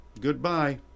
Goodbye